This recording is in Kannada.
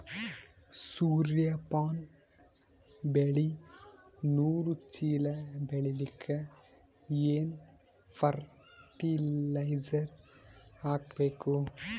ಸೂರ್ಯಪಾನ ಬೆಳಿ ನೂರು ಚೀಳ ಬೆಳೆಲಿಕ ಏನ ಫರಟಿಲೈಜರ ಹಾಕಬೇಕು?